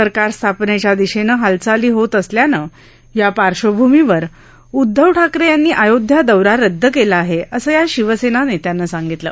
सरकार स्थापनेच्या दिशेनं हालचाली होत असल्यानं या पार्श्वभूमीवर उदधव ठाकरे यांनी अयोध्या दौरा रदद केला आहे असं या शिवसेना नेत्यानं सांगितलं